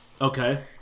okay